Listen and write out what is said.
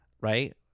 right